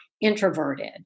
introverted